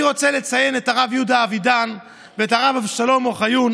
אני רוצה לציין את הרב יהודה אבידן ואת הרב אבשלום אוחיון,